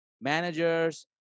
managers